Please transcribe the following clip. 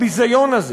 הביזיון הזה